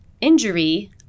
injury